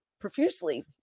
profusely